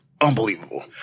unbelievable